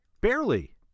Barely